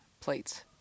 plates